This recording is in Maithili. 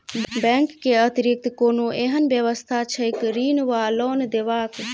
बैंक केँ अतिरिक्त कोनो एहन व्यवस्था छैक ऋण वा लोनदेवाक?